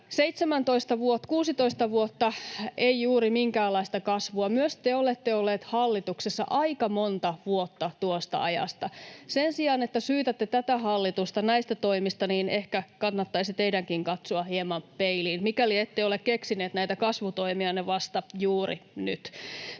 16 vuotta ei juuri minkäänlaista kasvua. Myös te olette olleet hallituksessa aika monta vuotta tuosta ajasta. Sen sijaan, että syytätte tätä hallitusta näistä toimista, ehkä kannattaisi teidänkin katsoa hieman peiliin, mikäli ette ole keksineet näitä kasvutoimianne vasta juuri nyt.